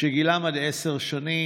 שגילם עד עשר שנים.